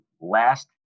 Last